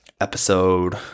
episode